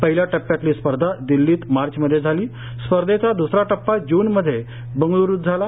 पहिल्या टप्प्यातली स्पर्धा दिल्लीत मार्चमध्ये झाली स्पर्धेचा द्सरा टप्पा जून मध्ये बंगळ्रूत झाला